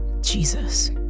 Jesus